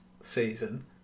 season